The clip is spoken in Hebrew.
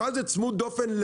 מה זה צמוד דופן?